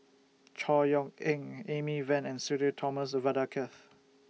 Chor Yeok Eng Amy Van and Sudhir Thomas Vadaketh